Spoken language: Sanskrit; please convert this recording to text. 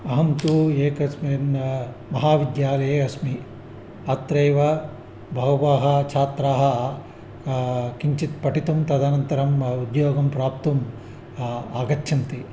अहं तु एकस्मिन् महाविद्यालये अस्मि अत्रैव बहवः छात्राः किञ्चित् पठितुं तदनन्तरम् उद्योगं प्राप्तुं आगच्छन्ति